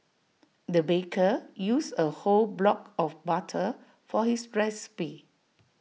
the baker used A whole block of butter for his recipe